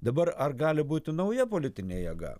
dabar ar gali būti nauja politinė jėga